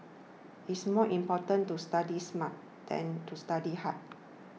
it's more important to study smart than to study hard